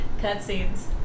cutscenes